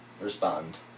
respond